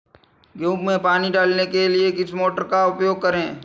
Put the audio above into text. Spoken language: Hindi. गेहूँ में पानी डालने के लिए किस मोटर का उपयोग करें?